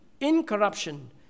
incorruption